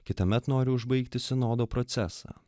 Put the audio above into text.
kitąmet nori užbaigti sinodo procesą